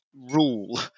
rule